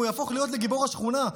הוא יהפוך לגיבור השכונה,